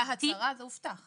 בהצהרה זה הובטח.